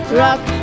rock